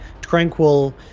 tranquil